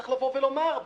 צריך לומר,